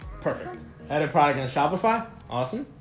perfect edit product in a shopify awesome